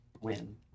win